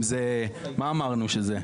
מה אמרנו שזה?